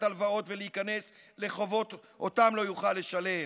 הלוואות ולהיכנס לחובות שאותם לא יוכל לשלם.